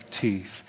teeth